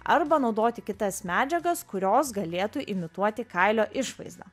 arba naudoti kitas medžiagas kurios galėtų imituoti kailio išvaizdą